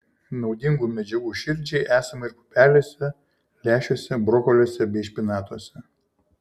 naudingų medžiagų širdžiai esama ir pupelėse lęšiuose brokoliuose bei špinatuose